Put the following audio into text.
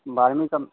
बारहवीं का